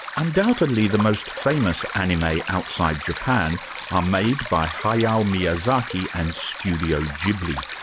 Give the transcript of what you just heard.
undoubtedly the most famous anime outside japan are made by hayao miyazaki and studio ghibli.